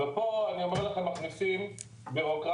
ופה אני אומר לך שמכניסים בירוקרטיה